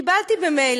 קיבלתי במייל,